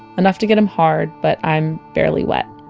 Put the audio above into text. enough to get him hard, but i'm barely wet.